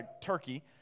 Turkey